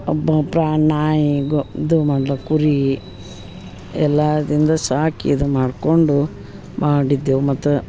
ಒಬ್ಬ ಪ್ರ ನಾಯಿಗೆ ಇದು ಮಾಡ್ಲ ಕುರೀ ಎಲ್ಲದಿಂದ ಸಾಕಿ ಇದು ಮಾಡ್ಕೊಂಡು ಮಾಡಿದ್ದೇವು ಮತ್ತು